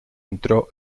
entró